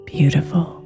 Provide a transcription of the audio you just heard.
Beautiful